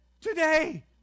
today